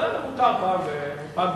בסדר, מותר פעם ביום.